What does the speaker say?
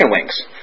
wings